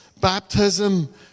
baptism